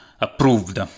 approved